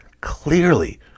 clearly